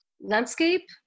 landscape